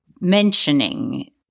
mentioning